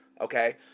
okay